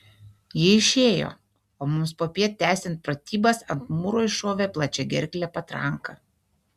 ji išėjo o mums popiet tęsiant pratybas ant mūro iššovė plačiagerklė patranka